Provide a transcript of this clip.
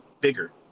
bigger